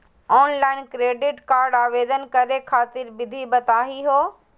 Online credit card आवेदन करे खातिर विधि बताही हो?